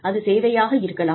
அது சேவைகளாக இருக்கலாம்